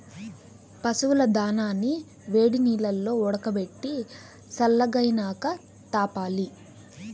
పశువుల దానాని వేడినీల్లో ఉడకబెట్టి సల్లగైనాక తాపాలి